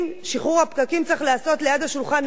שחרור הפקקים צריך להיעשות על יד השולחן הזה.